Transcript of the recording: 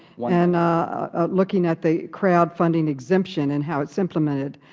and ah looking at the crowdfunding exemption and how it is implemented.